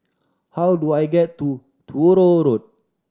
how do I get to Truro Road